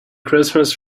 christmas